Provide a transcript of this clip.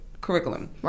curriculum